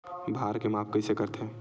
भार के माप कइसे करथे?